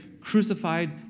crucified